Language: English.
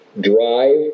drive